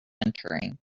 entering